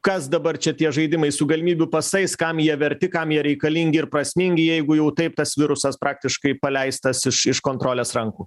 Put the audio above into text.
kas dabar čia tie žaidimai su galimybių pasais kam jie verti kam jie reikalingi ir prasmingi jeigu jau taip tas virusas praktiškai paleistas iš iš kontrolės rankų